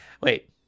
Wait